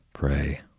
pray